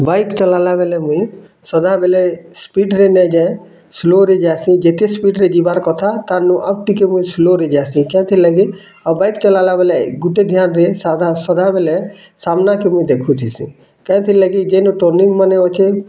bike ଚଲେଇଲା ବେଳେ ମୁଇଁ ସଦାବେଲେ ସ୍ପୀଡ଼୍ ହେଲେ ଯାଏ୍ ସ୍ଲୋ୍ରେ ଯାସି ଯେତେ ସ୍ପୀଡ଼୍ରେ ଯିବାର୍ କଥା ତାନୁ ଆଉ୍ ଟିକେ ମୁଁ ସ୍ଲୋର୍ରେ ଯାଉଛି୍ ସେଥି୍ ଲାଗି ଆଉ ବାଇକ୍ ଚଲେଇଲ୍ଆ ବେଲେ୍ ଗୁଟେ ଧ୍ୟାନ୍ ରେ ସଧାବେଲେ ସାମ୍ନା୍ କି ମୁଇଁ ଦେଖୁଛିସେ କେୟଥି ଲାଗି ଯେନ୍ ଟାନିଙ୍ଗ ମାନ ଅଛି